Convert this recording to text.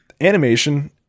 animation